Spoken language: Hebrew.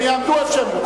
הם יעמדו איפה שהם רוצים.